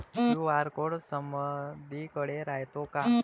QR code समदीकडे रायतो का?